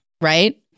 right